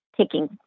taking